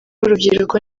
w’urubyiruko